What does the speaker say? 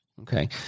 Okay